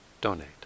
donate